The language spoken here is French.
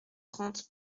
trente